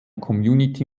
community